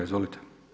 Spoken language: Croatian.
Izvolite.